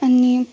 अनि